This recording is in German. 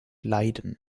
leiden